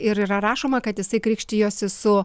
ir yra rašoma kad jisai krikštijosi su